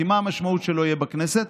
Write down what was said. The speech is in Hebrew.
כי מה המשמעות שלא יהיה בכנסת?